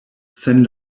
sen